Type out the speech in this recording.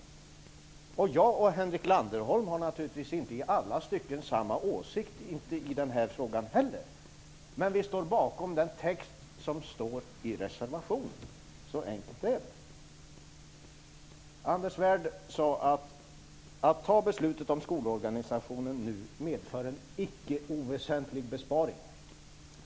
Henrik Landerholm och jag har naturligtvis inte i alla stycken samma åsikt, inte i den här frågan heller, men vi står bakom texten i reservationen. Så enkelt är det. Anders Svärd säger att ett beslut om skolorganisationen nu medför en icke oväsentlig besparing.